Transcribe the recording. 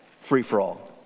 free-for-all